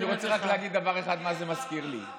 אני רוצה להגיד רק דבר אחד, מה זה מזכיר לי.